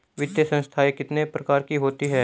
वित्तीय संस्थाएं कितने प्रकार की होती हैं?